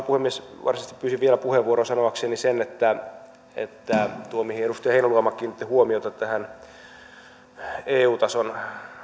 puhemies varsinaisesti pyysin vielä puheenvuoron sanoakseni sen että että nuo mihin edustaja heinäluoma kiinnitti huomiota tämä eu tason